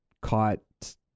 caught